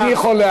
אני יכול להעיד.